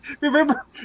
Remember